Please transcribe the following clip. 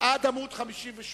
מס הכנסה שלילי.